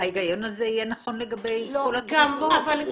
ההיגיון הזה יהיה נכון לגבי כל התרופות.